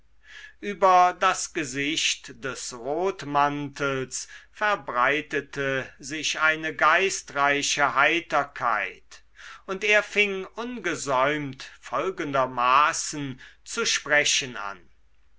über das gesicht des rotmantels verbreitete sich eine geistreiche heiterkeit und er fing ungesäumt folgendermaßen zu sprechen an